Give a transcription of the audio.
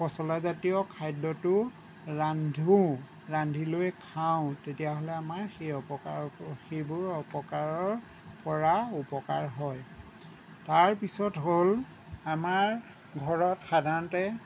পচলাজাতীয় খাদ্যটো ৰান্ধোঁ ৰান্ধি লৈ খাওঁ তেতিয়াহ'লে সেই অপকাৰ সেইবোৰ অপকাৰৰ পৰা উপকাৰ হয় তাৰ পিছত হ'ল আমাৰ ঘৰত সাধাৰণতে